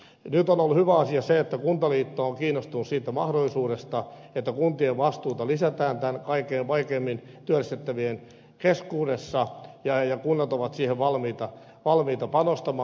nyt on ollut hyvä asia se että kuntaliitto on kiinnostunut siitä mahdollisuudesta että kuntien vastuuta lisätään kaikkein vaikeimmin työllistettävien keskuudessa ja kunnat ovat siihen valmiita panostamaan